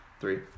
Three